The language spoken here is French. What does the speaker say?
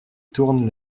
tournent